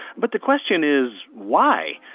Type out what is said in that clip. but the question is, why?